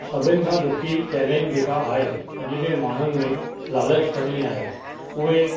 सभिनी खां ॾुखी चैलेंज जेका आहे अॼु जे माण्हुनि में लालचि घणी आहे उहे